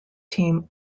team